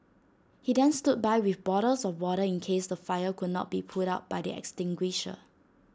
he then stood by with bottles of water in case the fire could not be put out by the extinguisher